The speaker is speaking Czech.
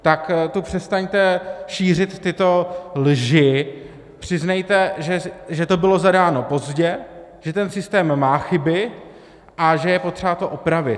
Tak tu přestaňte šířit tyto lži, přiznejte, že to bylo zadáno pozdě, že ten systém má chyby a že je potřeba to opravit.